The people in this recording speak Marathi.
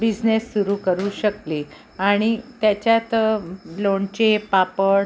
बिझनेस सुरू करू शकले आणि त्याच्यात लोणचे पापड